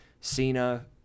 Cena